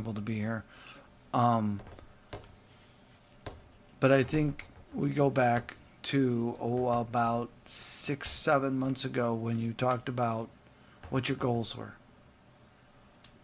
able to be here but i think we go back to a wall about six seven months ago when you talked about what your goals or